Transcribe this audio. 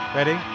Ready